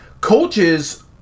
coaches